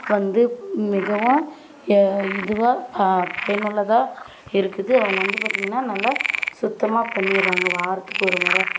வந்து மிகவும் ஏ இதுவாக ப பயனுள்ளதாக இருக்குது அவங்க வந்து பார்த்தீங்கன்னா நல்லா சுத்தமாக பண்ணிடுறாங்க வாரத்துக்கு ஒரு முறை